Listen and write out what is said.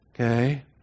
Okay